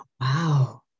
Wow